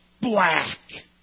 black